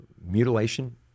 mutilation